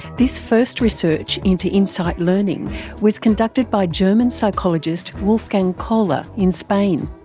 this first research into insight learning was conducted by german psychologist wolfgang kohler in spain.